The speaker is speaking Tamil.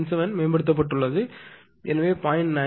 97 மேம்படுத்தப்பட்டுள்ளது எனவே 0